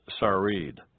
Sarid